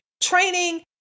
Training